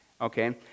okay